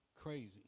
crazy